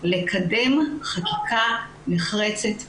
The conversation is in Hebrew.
לקדם חקיקה נחרצת בנושא.